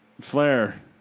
flair